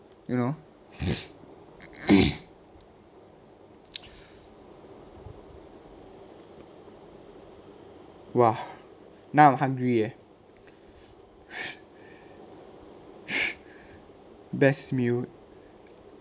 you know !wah! now I'm hungry eh best meal